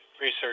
research